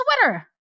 Twitter